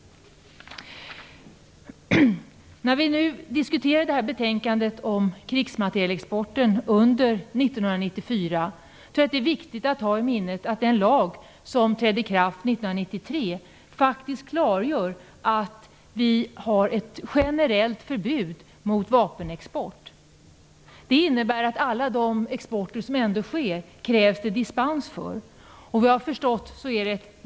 När vi nu diskuterar betänkandet om krigsmaterielexporten under 1994 tror jag att det är viktigt att hålla i minnet att den lag som trädde i kraft 1993 faktiskt klargör att vi har ett generellt förbud mot vapenexport. Det innebär att det krävs dispens för all den export som ändå sker.